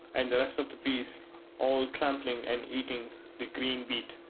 and the rest of the beasts all trampling and eating the green wheat.